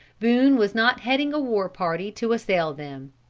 boone was not heading a war party to assail them.